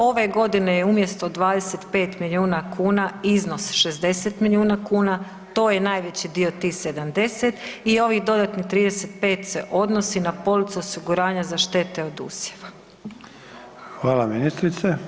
Ove godine je umjesto 25 milijuna kuna iznos 60 milijuna kuna to je najveći dio tih 70 i ovih dodatnih 35 se odnosi na policu osiguranja za štete od usjeva.